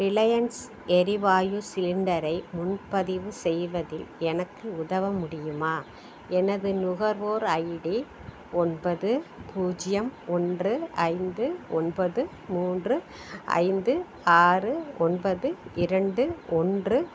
Reliance எரிவாயு சிலிண்டரை முன்பதிவு செய்வதில் எனக்கு உதவ முடியுமா எனது நுகர்வோர் ஐடி ஒன்பது பூஜ்யம் ஒன்று ஐந்து ஒன்பது மூன்று ஐந்து ஆறு ஒன்பது இரண்டு ஒன்று